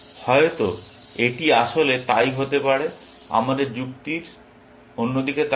হয়তো এটি আসলে তাই হতে পারে আমাদের যুক্তির অন্য দিকে তাকাই